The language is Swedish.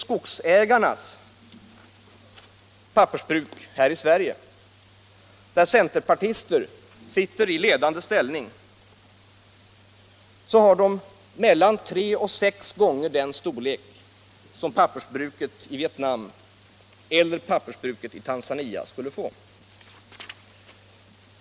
Skogsägarnas pappersbruk här i Sverige, där centerpartister sitter i ledande ställning, är mellan tre och sex gånger större än pappersbruket i Vietnam och det pappersbruk som Tanzania skulle få.